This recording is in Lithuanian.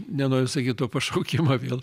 nenoriu sakyt to pašaukimo vėl